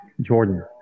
Jordan